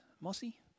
Mossy